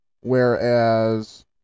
whereas